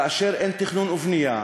כאשר אין תכנון ובנייה,